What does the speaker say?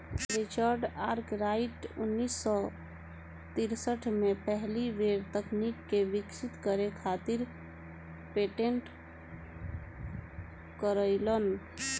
Richard Arkwright उन्नीस सौ तिरसठ में पहिला बेर तकनीक के विकसित करे खातिर पेटेंट करइलन